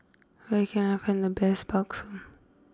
where can I find the best Bakso